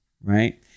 right